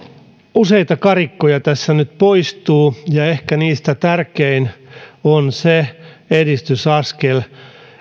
useita karikkoja tässä nyt poistuu ja ehkä tärkein niistä on se edistysaskel